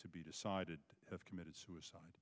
to be decided have committed suicide